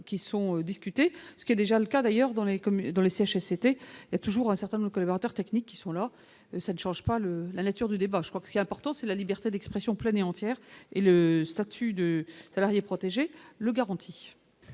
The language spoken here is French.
qui sont discutées ce qui est déjà le cas d'ailleurs dans la. Comme dans les CHSCT toujours incertain de nos collaborateurs techniques qui sont là, ça ne change pas le la nature du débat, je crois que ce qui est important, c'est la liberté d'expression pleine et entière et le statut de salarié protégé le garantit.